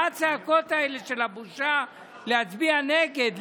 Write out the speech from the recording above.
מה הצעקות האלה של הבושה ולהצביע נגד?